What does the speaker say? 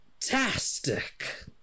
fantastic